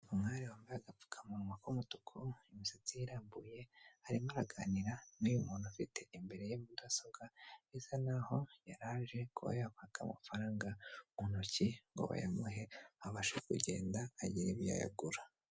Umwari wambaye agapfukamunwa k'umutuku imisatsi irambuye, arimo aganira n'uyu muntu ufite imbere ya mudasobwa, bisa naho yari aje kuba yabaka amafaranga mu ntoki ngo bayamuhe, abashe kugenda agira ibyo ayagura.